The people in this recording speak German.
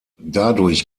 dadurch